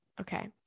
Okay